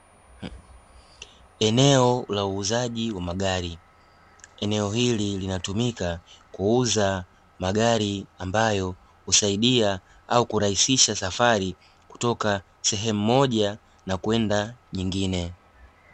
Eneo la uuzaji wa magari, eneo hili linatumika kuuza magari ambayo husaidia au kurahisisha safari kutoka sehemu moja na kwenda nyingine.